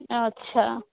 अच्छा